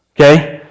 Okay